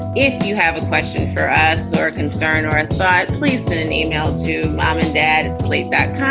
if you have a question for us or a concern or insight, please send an email to mom and dad. slate back.